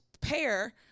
pair—